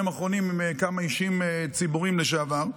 האחרונים עם כמה אישים ציבוריים לשעבר.